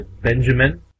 Benjamin